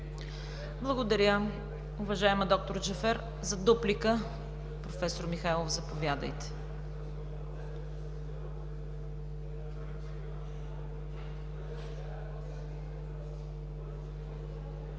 Благодаря, уважаема доктор Джафер. Дуплика – професор Михайлов, заповядайте.